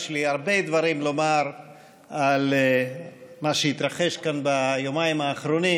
יש לי הרבה דברים לומר על מה שהתרחש כאן ביומיים האחרונים,